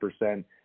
percent